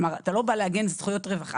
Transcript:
אתה לא בא לעגן זכויות רווחה,